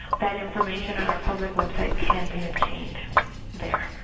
that information on our public website can be obtained there.